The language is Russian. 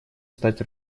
стать